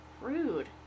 rude